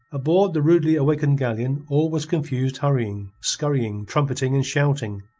aboard the rudely awakened galleon all was confused hurrying, scurrying, trumpeting, and shouting.